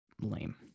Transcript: lame